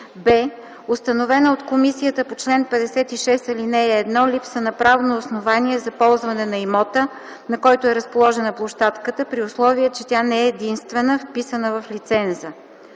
б) установена от комисията по чл. 56, ал. 1 липса на правно основание за ползване на имота, на който е разположена площадката, при условие че тя не е единствената, вписана в лиценза”.”